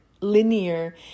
linear